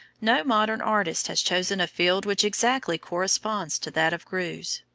no modern artist has chosen a field which exactly corresponds to that of greuze,